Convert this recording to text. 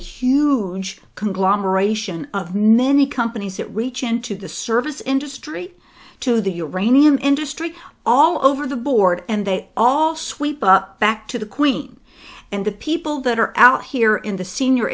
huge conglomeration of many companies that reach into the service in straight to the uranium industry all over the board and they all sweep back to the queen and the people that are out here in the senior